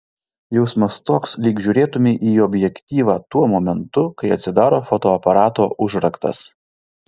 jausmas toks lyg žiūrėtumei į objektyvą tuo momentu kai atsidaro fotoaparato užraktas